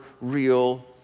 real